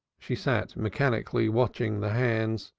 she sat, mechanically watching the hands.